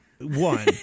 One